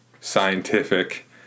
scientific